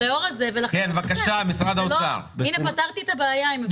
אלה שמפעילים את מערך החיסונים,